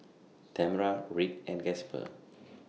Tamra Rick and Gasper